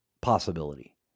possibility